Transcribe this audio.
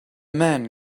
men